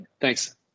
Thanks